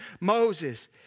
Moses